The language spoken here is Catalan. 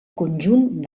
conjunt